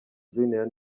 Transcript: junior